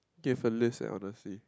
give a list eh honestly